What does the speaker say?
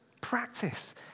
Practice